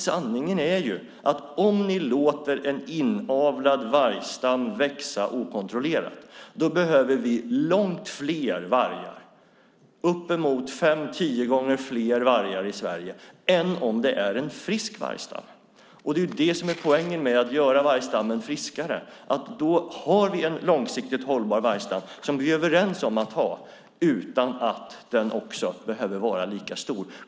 Sanningen är ju att om ni låter en inavlad vargstam växa okontrollerat behöver vi långt fler vargar i Sverige, uppemot fem tio gånger fler vargar, än om det är en frisk vargstam. Det är poängen med att göra vargstammen friskare. Då har vi en långsiktigt hållbar vargstam som vi är överens om att ha utan att den behöver vara lika stor.